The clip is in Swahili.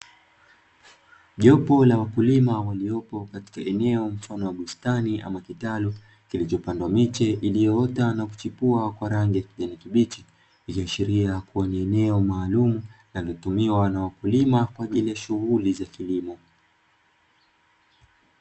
Jopo la wakulima waliopo katika eneo mfano wa bustani ama kitalu, kilichopandwa miche iliyoota na kuchipua kwa rangi ya kijani kibichi, ikiashiria kuwa ni eneo maalumu linalotumiwa na wakulima kwa ajili ya shughuli za kilimo.